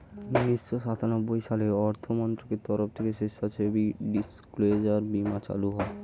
উন্নিশো সাতানব্বই সালে অর্থমন্ত্রকের তরফ থেকে স্বেচ্ছাসেবী ডিসক্লোজার বীমা চালু হয়